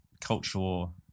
cultural